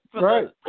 right